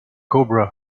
cobra